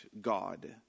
God